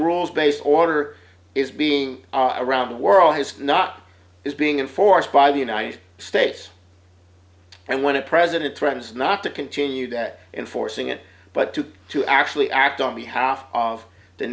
rules based order is being around the world is not is being enforced by the united states and when a president threatens not to continue that in forcing it but to to actually act on behalf of the